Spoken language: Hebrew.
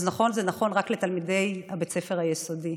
אז נכון, זה נכון רק לתלמידי בית הספר היסודי,